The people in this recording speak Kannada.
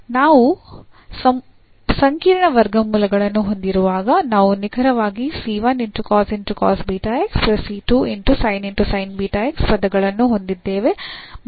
ಮತ್ತು ನಾವು ಸಂಕೀರ್ಣ ವರ್ಗಮೂಲಗಳನ್ನು ಹೊಂದಿರುವಾಗ ನಾವು ನಿಖರವಾಗಿ ಪದಗಳನ್ನು ಹೊಂದಿದ್ದೇವೆ